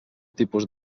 tipus